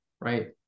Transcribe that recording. right